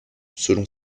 selon